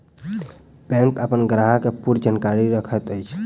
bank अपन ग्राहक के पूर्ण जानकारी रखैत अछि